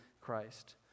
Christ